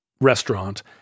restaurant